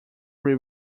will